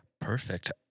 Perfect